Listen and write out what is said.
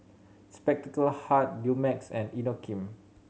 Spectacle Hut Dumex and Inokim